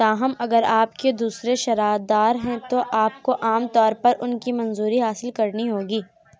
تاہم اگر آپ کے دوسرے شراکت دار ہیں تو آپ کو عام طور پر ان کی منظوری حاصل کرنی ہوگی